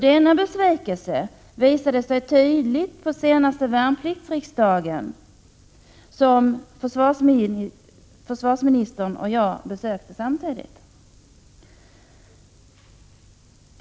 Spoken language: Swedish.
Den besvikelsen visade sig tydligt på den senaste värnpliktsriksdagen, som försvarsministern och jag besökte samtidigt.